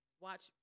watch